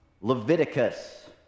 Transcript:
Leviticus